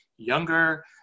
younger